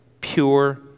pure